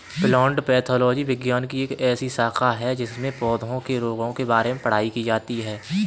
plant pathology विज्ञान की ऐसी शाखा है जिसमें पौधों के रोगों के बारे में पढ़ाई की जाती है